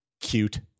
cute